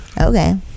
Okay